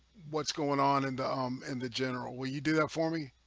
what's going on, and um in the general? will you do that for me?